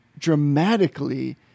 dramatically